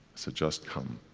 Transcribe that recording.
said, just come.